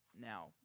now